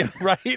right